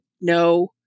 No